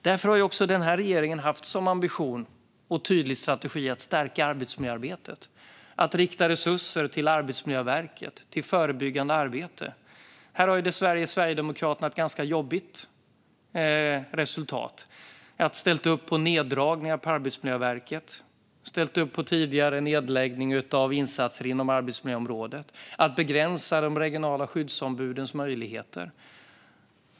Därför har den här regeringen haft som ambition och tydlig strategi att stärka arbetsmiljöarbetet och att rikta resurser till Arbetsmiljöverket och till förebyggande arbete. Här har dessvärre Sverigedemokraterna ett ganska jobbigt resultat. De har ställt upp på neddragningar på Arbetsmiljöverket, på tidigare nedläggning av insatser inom arbetsmiljöområdet och på att begränsa de regionala skyddsombudens möjligheter.